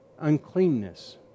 uncleanness